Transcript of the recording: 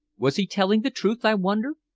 was he telling the truth, i wondered?